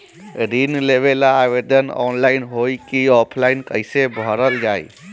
ऋण लेवेला आवेदन ऑनलाइन होई की ऑफलाइन कइसे भरल जाई?